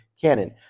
canon